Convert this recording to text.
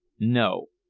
no.